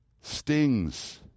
stings